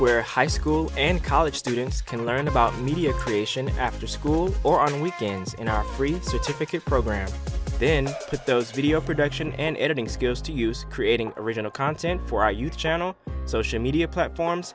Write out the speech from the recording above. where high school and college students can learn about media creation after school or on weekends in our free to typical program then put those video production and editing skills to use creating original content for our youth channel social media platforms